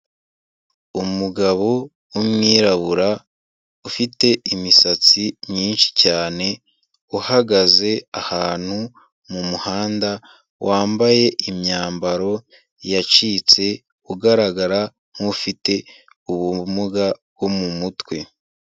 Umugabo w'umwirabura ufite imisatsi myinshi cyane uhagaze ahantu mu muhanda, wambaye imyambaro yacitse ugaragara nk'ufite ubumuga bwo mu mutwe.